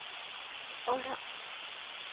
ᱚᱲᱟᱜ